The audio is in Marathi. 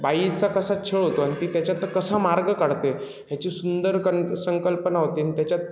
बाईचा कसा छळ होतो आणि ती त्याच्यातनं कसा मार्ग काढते ह्याची सुंदर कन् संकल्पना होती आणि त्याच्यात